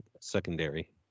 secondary